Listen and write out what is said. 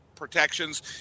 Protections